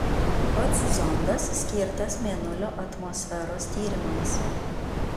pats zondas skirtas mėnulio atmosferos tyrimams